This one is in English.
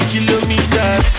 Kilometers